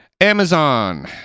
Amazon